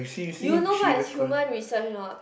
you know what is human research or not